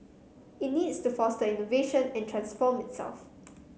it needs to foster innovation and transform itself